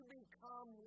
become